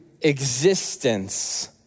existence